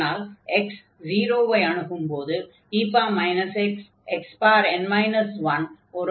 அதனால் x 0 ஐ அணுகும்போது e xxn 1 ஒரு அன்பவுண்டட் ஃபங்ஷனாகி விடும்